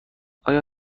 آیا